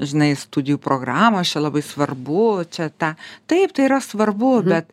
žinai studijų programos čia labai svarbu čia ta taip tai yra svarbu bet